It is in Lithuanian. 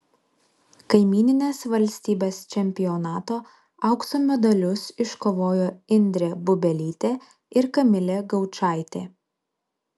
kaimyninės valstybės čempionato aukso medalius iškovojo indrė bubelytė ir kamilė gaučaitė